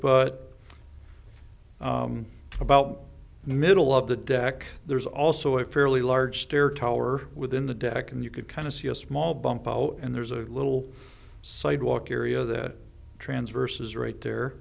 but about the middle of the deck there's also a fairly large stair tower within the deck and you could kind of see a small bump out and there's a little sidewalk area that transverse is right there